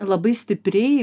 labai stipriai